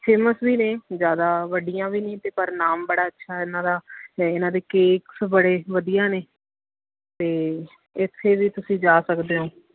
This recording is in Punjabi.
ਫੇਮਸ ਵੀ ਨੇ ਜ਼ਿਆਦਾ ਵੱਡੀਆਂ ਵੀ ਨਹੀਂ ਅਤੇ ਪਰ ਨਾਮ ਬੜਾ ਅੱਛਾ ਇਹਨਾਂ ਦਾ ਇਹਨਾਂ ਦੇ ਕੇਕਸ ਬੜੇ ਵਧੀਆ ਨੇ ਅਤੇ ਇੱਥੇ ਵੀ ਤੁਸੀਂ ਜਾ ਸਕਦੇ ਹੋ